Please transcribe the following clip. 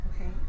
Okay